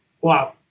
wow